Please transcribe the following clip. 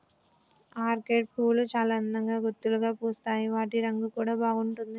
orchid పువ్వులు చాల అందంగా గుత్తులుగా పూస్తాయి వాటి రంగు కూడా బాగుంటుంది